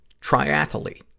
triathlete